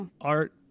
art